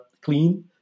clean